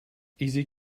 easy